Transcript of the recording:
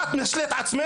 מה את משלה את עצמך?